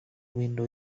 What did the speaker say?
window